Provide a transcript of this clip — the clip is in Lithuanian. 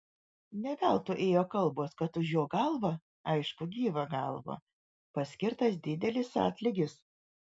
ne veltui ėjo kalbos kad už jo galvą aišku gyvą galvą paskirtas didelis atlygis